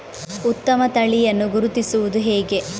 ಉತ್ತಮ ತಳಿಯನ್ನು ಗುರುತಿಸುವುದು ಹೇಗೆ?